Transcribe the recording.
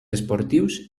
esportius